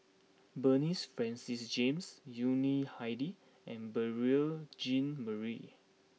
Bernard Francis James Yuni Hadi and Beurel Jean Marie